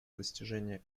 достижения